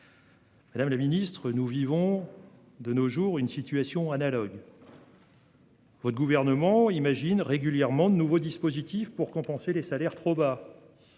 Madame la ministre, nous vivons de nos jours une situation analogue. Votre gouvernement imagine régulièrement de nouveaux dispositifs pour compenser les salaires trop bas.